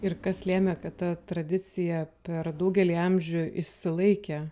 ir kas lėmė kad ta tradicija per daugelį amžių išsilaikė